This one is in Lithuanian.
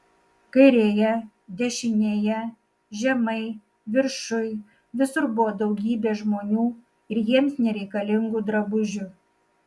kairėje dešinėje žemai viršuj visur buvo daugybė žmonių ir jiems nereikalingų drabužių